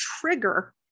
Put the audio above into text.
trigger